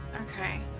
Okay